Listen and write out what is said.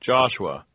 Joshua